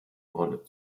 rolle